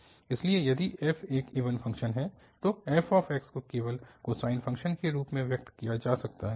इसलिए यदि f एक इवन फ़ंक्शन है तो f को केवल कोसाइन फ़ंक्शन्स के रूप में व्यक्त किया जा सकता है